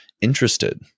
interested